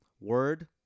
Word